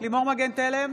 לימור מגן תלם,